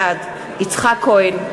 בעד יצחק כהן,